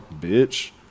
bitch